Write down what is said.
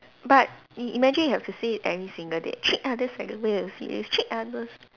but i~ imagine you have to say it every single say treat others like the way you want others treat you treat others